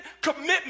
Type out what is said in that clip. commitment